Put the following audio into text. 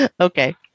Okay